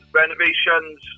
renovations